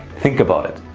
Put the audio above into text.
think about it.